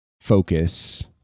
focus